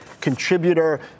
contributor